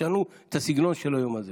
תשנו את הסגנון של היום הזה.